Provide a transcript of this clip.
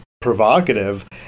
provocative